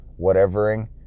whatevering